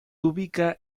ubica